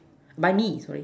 buy me sorry